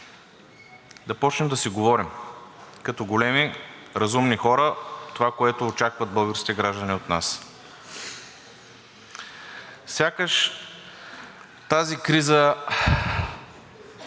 да започнем да си говорим като големи, разумни хора – това, което очакват българските граждани от нас. Сякаш тази криза,